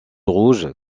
rouge